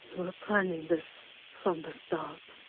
were planning this from the start,